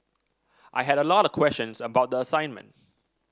I had a lot of questions about the assignment